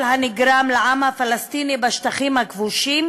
הנגרם לעם הפלסטיני בשטחים הכבושים